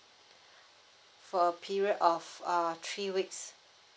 for a period of uh three weeks